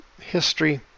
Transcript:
history